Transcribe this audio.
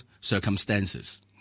circumstances